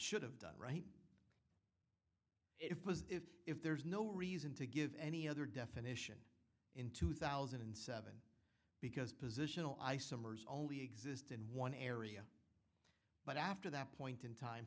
should have done right if if if there's no reason to give any other definition in two thousand and seven because positional isomers only exists in one area but after that point in time